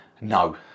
no